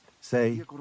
Say